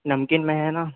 नमकीन में है न